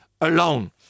alone